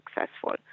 successful